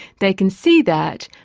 they can see that,